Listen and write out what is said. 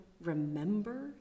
remember